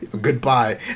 goodbye